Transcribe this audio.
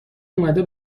اومده